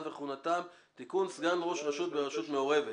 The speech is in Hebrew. וכהונתם) (תיקון סגן ראש רשות ברשות מעורבת).